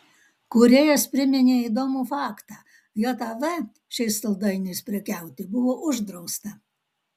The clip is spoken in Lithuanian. kūrėjas priminė įdomų faktą jav šiais saldainiais prekiauti buvo uždrausta